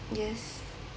yes